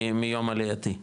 מיום עלייתי.